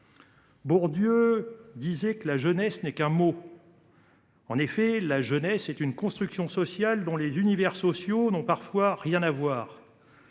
Bourdieu disait que la jeunesse n’est qu’un mot. En effet, la jeunesse est une construction sociale, dans des univers sociaux qui n’ont parfois rien à voir.